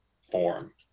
form